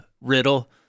riddle